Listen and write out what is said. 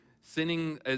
sinning